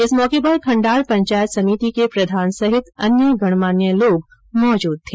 इस मौके पर खण्डार पंचायत समिति के प्रधान सहित अन्य गणमान्य लोग मौजूद थे